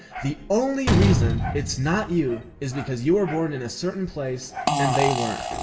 the only reason it's not you is because you were born in a certain place and they weren't.